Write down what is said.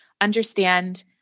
understand